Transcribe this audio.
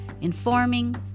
informing